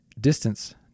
Distance